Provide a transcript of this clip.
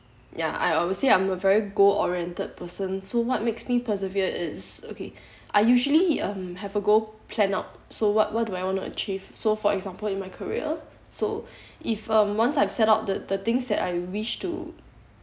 ya I obviously I'm a very goal oriented person so what makes me persevere is okay I usually uh have a goal planned out so what what do I want to achieve so for example in my career so if um once I've set out the the things that I wish to